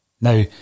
Now